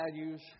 values